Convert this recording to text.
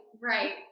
right